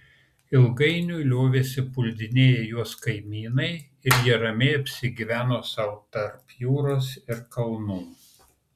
ilgainiui liovėsi puldinėję juos kaimynai ir jie ramiai apsigyveno sau tarp jūros ir kalnų